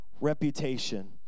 reputation